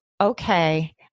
okay